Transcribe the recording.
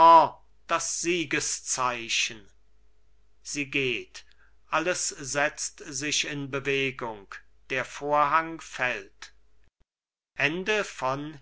das siegeszeichen sie geht alles setzt sich in bewegung der vorhang fällt